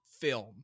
film